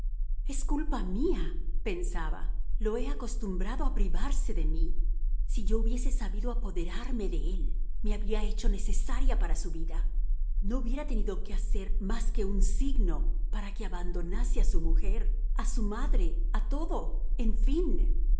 es culpa mía pensaba lo he acostumbrado a privarse de mí si yo hubiese sabido apoderarme de él me habría hecho necesaria para su vida no hubiera tenido que hacer más que un signo para que abandonase a su mujer a su madre a todo en fin